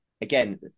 again